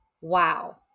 Wow